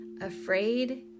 afraid